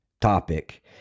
topic